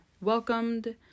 welcomed